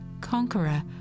conqueror